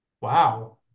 Wow